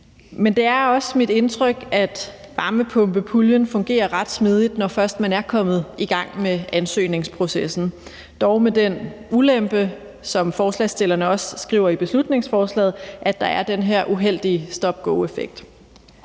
Men det er også mit indtryk, at varmepumpepuljen fungerer ret smidigt, når man først er kommet i gang med ansøgningsprocessen, dog med den ulempe, som forslagsstillerne også skriver i beslutningsforslaget, at der er den her uheldige stop-go-effekt.